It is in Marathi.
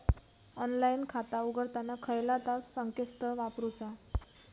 ऑनलाइन खाता उघडताना खयला ता संकेतस्थळ वापरूचा?